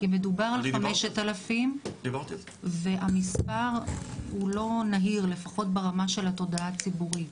כי מדובר על 5,000 והמספר הוא לא נהיר לפחות ברמה של התודעה הציבורית.